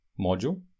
module